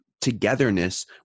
togetherness